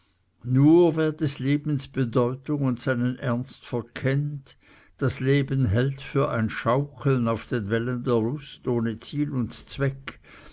nur wer des lebens bedeutung und seinen ernst verkennt das leben hält für ein schaukeln auf den wellen der lust ohne ziel und zweck